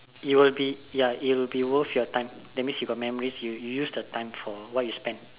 it will be ya it will be worth your time that means you got memories you you use the time for what you spend